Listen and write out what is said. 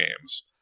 games